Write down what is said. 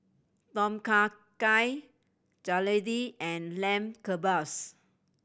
Tom Kha Gai Jalebi and Lamb Kebabs